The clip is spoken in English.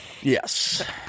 Yes